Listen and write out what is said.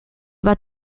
vas